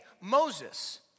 Moses